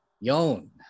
Yon